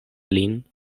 lin